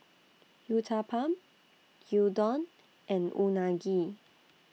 Uthapam Gyudon and Unagi